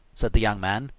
said the young man.